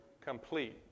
Complete